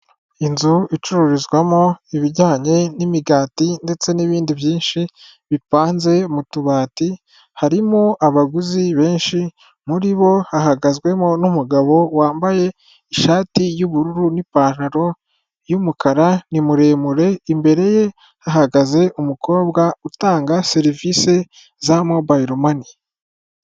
Inzu icururizwamo ibijyanye n'imigati ndetse n'ibindi byinshi bipanze mu tubati. Harimo abaguzi benshi muri bo hahagazwemo n'umugabo wambaye ishati y'ubururu n'ipantaro y'umukara. Ni muremure imbere ye hahagaze umukobwa utanga serivisi za mobile money.